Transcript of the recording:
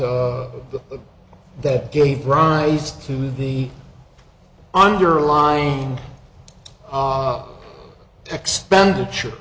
the that gave rise to the underlying op expenditure